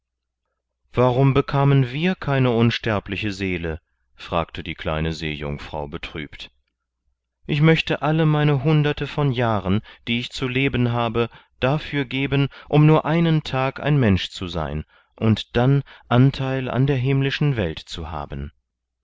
warum bekamen wir keine unsterbliche seele fragte die kleine seejungfrau betrübt ich möchte alle meine hunderte von jahren die ich zu leben habe dafür geben um nur einen tag ein mensch zu sein und dann anteil an der himmlischen welt zu haben